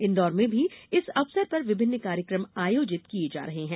इन्दौर में भी इस अवसर पर विभिन्न कार्यक्रम आयोजित किये जा रहे हैं